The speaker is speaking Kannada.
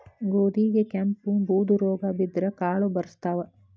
ಗೋಧಿಗೆ ಕೆಂಪು, ಬೂದು ರೋಗಾ ಬಿದ್ದ್ರ ಕಾಳು ಬರ್ಸತಾವ